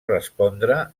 respondre